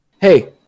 Hey